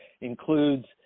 includes